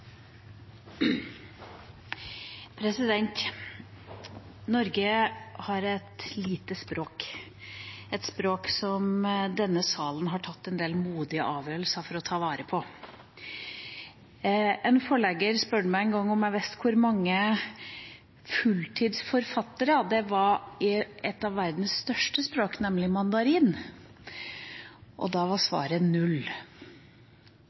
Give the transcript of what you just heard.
Norge har et lite språk, et språk som denne salen har tatt en del modige avgjørelser for å ta vare på. En forlegger spurte meg en gang om jeg visste hvor mange fulltidsforfattere det var på et av verdens største språk, nemlig mandarin. Da var svaret null.